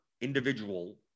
individual